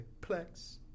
Plex